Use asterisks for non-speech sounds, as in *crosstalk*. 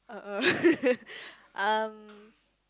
uh uh *laughs* um